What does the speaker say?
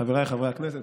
חבריי חברי הכנסת,